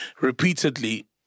repeatedly